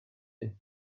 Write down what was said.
you